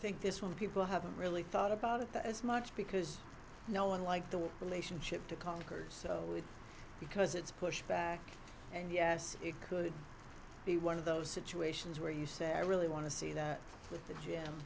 think this one people haven't really thought about it as much because no one like the relationship to concord so because it's pushed back and yes it could be one of those situations where you say i really want to see that with the g